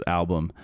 album